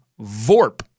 vorp